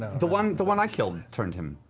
the one the one i killed turned him